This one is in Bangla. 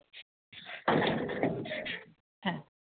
হ্যাঁ